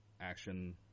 Action